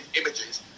images